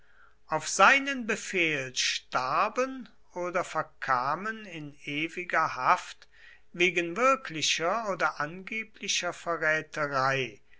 auf seinen befehl starben oder verkamen in ewiger haft wegen wirklicher oder angeblicher verräterei